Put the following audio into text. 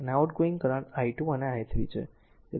અને outgoing current i2 અને i3 છે